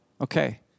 Okay